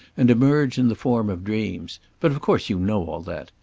and emerge in the form of dreams. but of course you know all that.